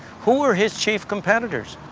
who were his chief competitors?